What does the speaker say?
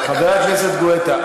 חבר הכנסת גואטה,